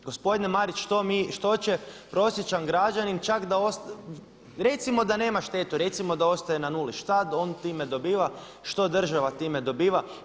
Gospodine Marić, što će prosječan građanin, čak da, recimo da nema štetu, recimo da ostaje na nuli, šta on time dobiva, što država time dobiva?